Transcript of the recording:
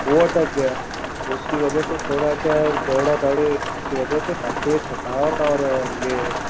वो अटक गया तो उसकी वजह से थोड़ा क्या है दौड़ा दौड़ी की वजह से काफी थकावट और ये